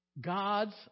God's